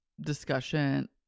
discussion